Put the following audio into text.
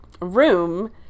room